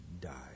died